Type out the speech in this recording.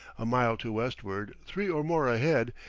a mile to westward, three or more ahead,